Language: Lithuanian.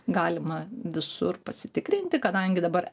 galima visur pasitikrinti kadangi dabar